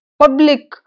public